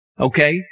Okay